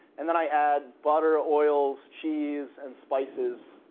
and then i add butter, oils, cheese, and spices.